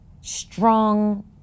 strong